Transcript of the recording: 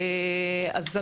אז,